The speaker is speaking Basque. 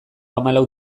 hamalau